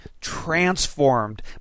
transformed